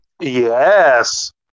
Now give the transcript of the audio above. yes